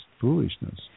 foolishness